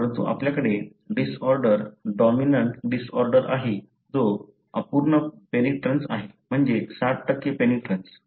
परंतु आपल्याकडे disorder dominant disorder आहे जो अपूर्ण पेनिट्रन्स आहे म्हणजे 60 पेनिट्रन्स